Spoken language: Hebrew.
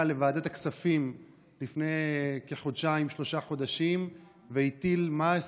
לוועדת הכספים לפני כחודשיים-שלושה והטיל מס